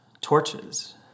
torches